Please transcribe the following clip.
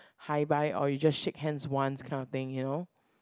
hi bye or you just shake hands once that kind of thing you know